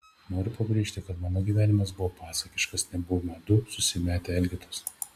noriu pabrėžti kad mano gyvenimas buvo pasakiškas nebuvome du susimetę elgetos